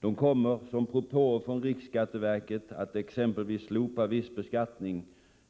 De kommer som propåer från riksskatteverket att exempelvis slopa viss beskattning,